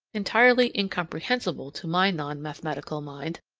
entirely incomprehensible to my non-mathematical mind.